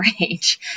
range